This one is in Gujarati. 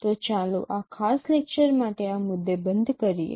તો ચાલો આ ખાસ લેક્ચર માટે આ મુદ્દે બંધ કરીએ